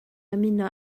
ymuno